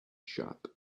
shop